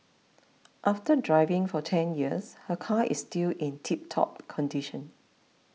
after driving for ten years her car is still in tiptop condition